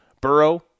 Burrow